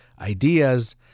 ideas